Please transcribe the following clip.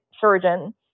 surgeon